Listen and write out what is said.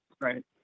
right